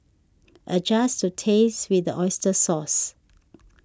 adjust to taste with the Oyster Sauce